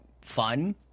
fun